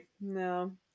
no